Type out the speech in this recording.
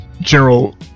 general